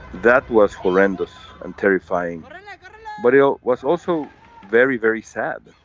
that was horrendous and terrifying but but ah it was also very very sad.